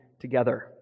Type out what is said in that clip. together